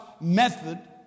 method